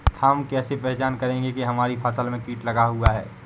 हम कैसे पहचान करेंगे की हमारी फसल में कीट लगा हुआ है?